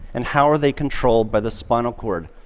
and how are they controlled by the spinal cord?